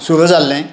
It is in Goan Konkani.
सुरू जाल्लें